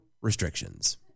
restrictions